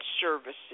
services